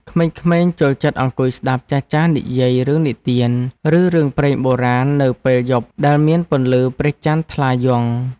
ក្មេងៗចូលចិត្តអង្គុយស្តាប់ចាស់ៗនិយាយរឿងនិទាន ឬរឿងព្រេងបុរាណនៅពេលយប់ដែលមានពន្លឺព្រះច័ន្ទថ្លាយង់។